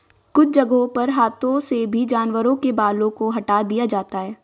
कुछ जगहों पर हाथों से भी जानवरों के बालों को हटा दिया जाता है